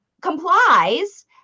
complies